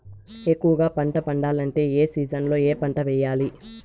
ఎక్కువగా పంట పండాలంటే ఏ సీజన్లలో ఏ పంట వేయాలి